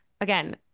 again